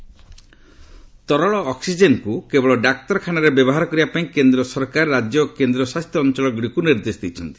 oxygen ତରଳ ଅକ୍ଟିଜେନ୍କୁ କେବଳ ଡାକ୍ତରଖାନାରେ ବ୍ୟବହାର କରିବାପାଇଁ କେନ୍ଦ୍ର ସରକାର ରାଜ୍ୟ ଓ କେନ୍ଦ୍ରଶାସିତ ଅଞ୍ଚଳଗୁଡ଼ିକୁ ନିର୍ଦ୍ଦେଶ ଦେଇଛନ୍ତି